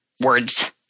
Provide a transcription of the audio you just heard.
words